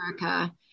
America